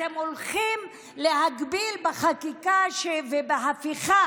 אתם הולכים להגביל בחקיקה, בהפיכה